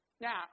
Now